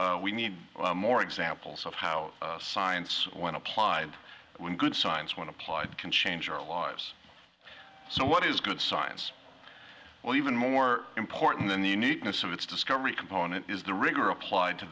we need more examples of how science when applied when good science when applied can change our lives so what is good science well even more important than the uniqueness of its discovery component is the rigor applied to